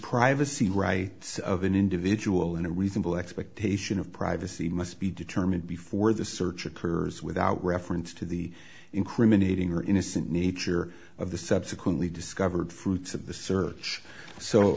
privacy rights of an individual in a reasonable expectation of privacy must be determined before the search occurs without reference to the incriminating or innocent nature of the subsequently discovered fruits of the search so